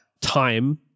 time